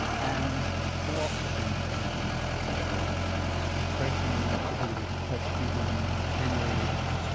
and lots of things can happen after the delivery depression, difficulty with breastfeeding, haemorrhage.